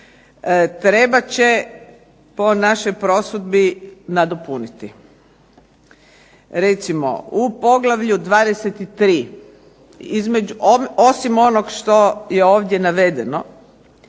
trebat će po našoj prosudbi nadopuniti. Recimo u poglavlju 23. osim onog što je ovdje navedeno